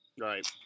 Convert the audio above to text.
Right